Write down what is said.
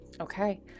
okay